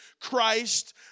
Christ